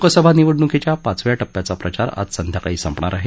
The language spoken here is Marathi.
लोकसभा निवडणुकीच्या पाचव्या टप्प्याचा प्रचार आज संध्याकाळी संपणार आहे